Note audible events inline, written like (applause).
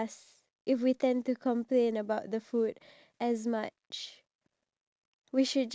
but knowing the fact that there are other individuals in the world who are suffering from (breath)